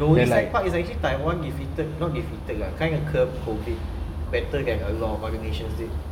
the only sad part is actually taiwan defeated not defeated lah kind of curbed COVID better than a lot of other nations did